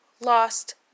lost